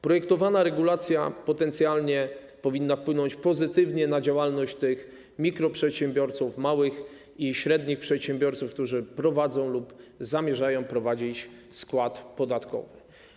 Projektowana regulacja potencjalnie powinna wpłynąć pozytywnie na działalność tych mikroprzedsiębiorców, małych i średnich przedsiębiorców, którzy prowadzą lub zamierzają prowadzić skład podatkowy.